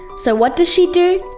so what does she do?